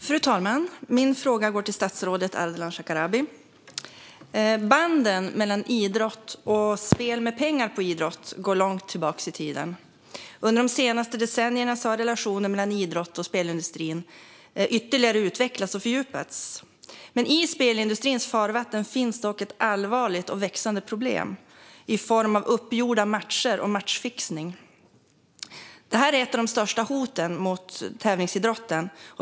Fru talman! Min fråga går till statsrådet Ardalan Shekarabi. Banden mellan idrott och spel om pengar på idrott går långt tillbaka i tiden. Under de senaste decennierna har relationen mellan idrotten och spelindustrin ytterligare utvecklats och fördjupats. I spelindustrins kölvatten finns dock ett allvarligt och växande problem i form av uppgjorda matcher och matchfixning. Detta är ett av de största hoten mot tävlingsidrotten.